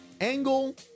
angle